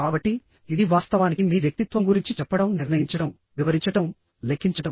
కాబట్టిఇది వాస్తవానికి మీ వ్యక్తిత్వం గురించి చెప్పడంనిర్ణయించడం వివరించడంలెక్కించడం